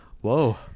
whoa